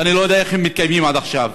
ואני לא יודע איך הם מתקיימים עד עכשיו.